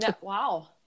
Wow